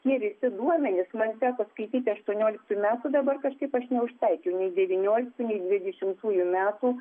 tie visi duomenys man teko skaityti aštuonioliktųjų metų dabar kažkaip aš neužtaikiau nei nei devynioliktų nei dvidešimtųjų metų